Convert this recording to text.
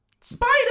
Spider